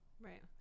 Right